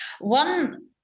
one